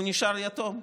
הוא נשאר יתום,